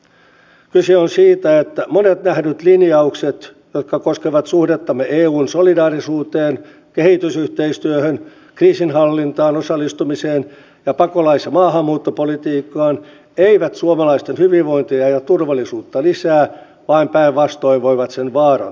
kyse on siitä että monet nähdyt linjaukset jotka koskevat suhdettamme eun solidaarisuuteen kehitysyhteistyöhön kriisinhallintaan osallistumiseen ja pakolais ja maahanmuuttopolitiikkaan eivät suomalaisten hyvinvointia ja turvallisuutta lisää vaan päinvastoin voivat sen vaarantaa